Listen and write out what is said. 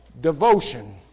devotion